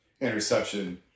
interception